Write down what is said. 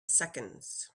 seconds